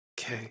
Okay